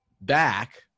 back